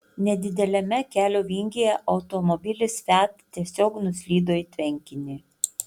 nedideliame kelio vingyje automobilis fiat tiesiog nuslydo į tvenkinį